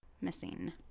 missing